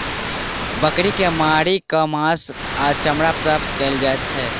बकरी के मारि क मौस आ चमड़ा प्राप्त कयल जाइत छै